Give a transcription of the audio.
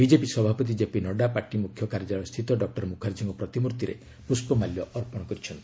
BJP ସଭାପତି JP Nadda party ମୁଖ୍ୟ କାର୍ଯ୍ୟାଳୟସ୍ଥିତ ଡକ୍କର ମୁଖାର୍ଜୀଙ୍କ ପ୍ରତିମୂର୍ତ୍ତିରେ ପୁଷ୍ପମାଲ୍ୟ ଅର୍ପଣ କରିଛନ୍ତି